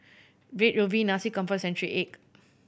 Red Ruby Nasi Campur and century egg